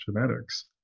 genetics